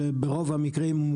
אמרתי שהוויכוח הוא